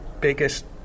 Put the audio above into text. biggest